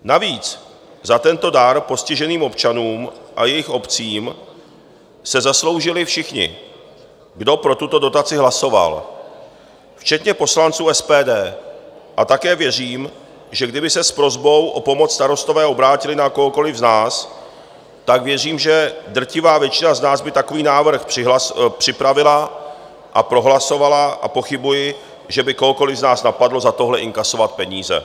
Navíc za tento dar postiženým občanům a jejich obcím se zasloužili všichni, kdo pro tuto dotaci hlasovali, včetně poslanců SPD, a také věřím, že kdyby se s prosbou o pomoc Starostové obrátili na kohokoliv z nás, tak věřím, že drtivá většina z nás by takový návrh připravila a prohlasovala, a pochybuji, že by kohokoliv z nás napadlo za tohle inkasovat peníze.